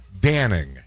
Danning